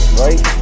right